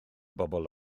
bobl